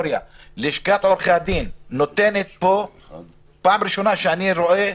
לשכת עורכי הדין, וזו פעם ראשונה שאנחנו,